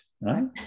right